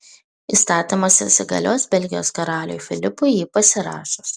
įstatymas įsigalios belgijos karaliui filipui jį pasirašius